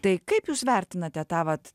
tai kaip jūs vertinate tą vat